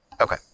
Okay